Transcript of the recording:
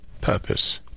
Purpose